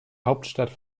hauptstadt